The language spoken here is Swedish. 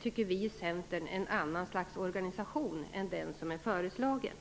tycker vi i Centern att det krävs en annan organisation än den som är föreslagen.